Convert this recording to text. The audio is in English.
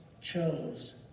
chose